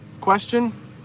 question